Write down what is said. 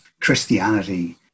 Christianity